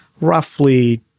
Roughly